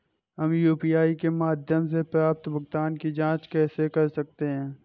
हम यू.पी.आई के माध्यम से प्राप्त भुगतान की जॉंच कैसे कर सकते हैं?